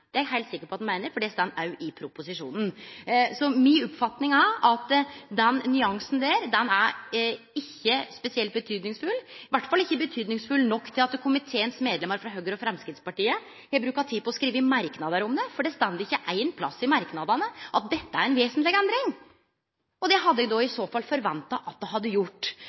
Det er eg heilt sikker på at han meiner, for det står òg i proposisjonen. Så mi oppfatning er at den nyansen ikkje har spesielt stor betyding, i alle fall ikkje stor nok betyding til at komiteens medlemer frå Høgre og Framstegspartiet har bruka tid på å skrive merknadar om det, for det står ikkje ein plass i merknadane at dette er ei vesentleg endring. Det hadde eg i så fall forventa at det hadde gjort.